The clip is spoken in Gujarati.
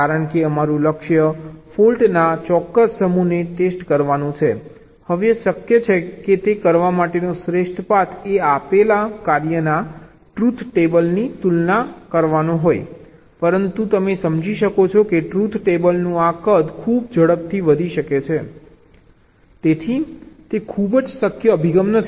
કારણ કે અમારું લક્ષ્ય ફોલ્ટના ચોક્કસ સમૂહને ટેસ્ટ કરવાનું છે હવે શક્ય છે કે તે કરવા માટેનો શ્રેષ્ઠ પાથ એ આપેલ કાર્યના ટ્રુથ ટેબલની તુલના કરવાનો છે પરંતુ તમે સમજી શકો છો કે ટ્રુથ ટેબલનું આ કદ ખૂબ ઝડપથી વધી શકે છે તેથી તે ખૂબ જ શક્ય અભિગમ નથી